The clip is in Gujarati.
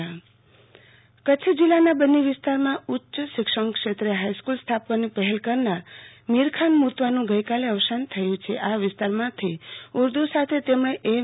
આરતી ભદ્દ મીરખાન મુ તવા મુ ત્યુ બન્ની વિસ્તારમાં ઉચ્ચ શિક્ષણ ક્ષેત્રે હાઈસ્કુલ સ્થાપવાની પહેલ કરનાર મીરખાન મુતવાનું ગઈકાલે અવસાન થયુ છે આ વિસ્તારમાંથી ઉર્દુ સાથે તેમણે એમ